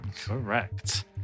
Correct